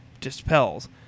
dispels